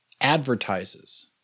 advertises